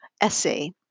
essay